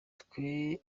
twe